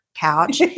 couch